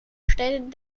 städten